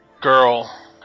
girl